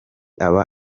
aba